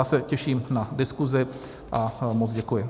Já se těším na diskuzi a moc děkuji.